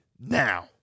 now